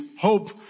hope